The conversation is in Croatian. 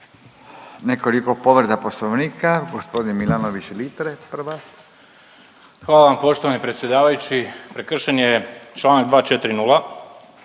Hvala vam poštovan predsjedavajući. Prekršen je čl. 240.